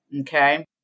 okay